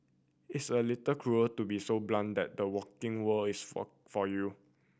it's a little cruel to be so blunt that the working world is for for you